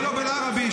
אתה לא יודע עברית?